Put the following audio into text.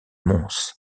mons